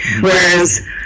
whereas